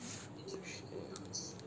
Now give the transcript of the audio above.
mm